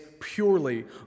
purely